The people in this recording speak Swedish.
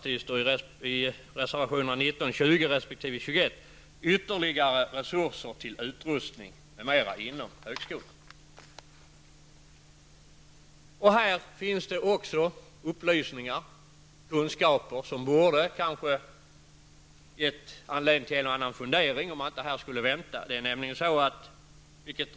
inom högskolan. Även här finns upplysningar och kunskaper som kanske borde ha gett anledning till en och annan fundering om det inte skulle vara bäst att vänta.